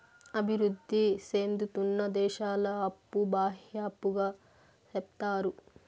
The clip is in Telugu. అభివృద్ధి సేందుతున్న దేశాల అప్పు బాహ్య అప్పుగా సెప్తారు